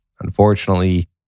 Unfortunately